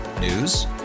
News